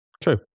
true